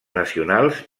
nacionals